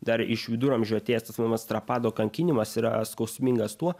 dar iš viduramžių atėjęs tas vadinamas trapado kankinimas yra skausmingas tuo